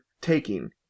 taking